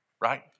right